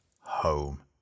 home